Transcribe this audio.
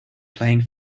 playing